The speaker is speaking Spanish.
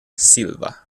silva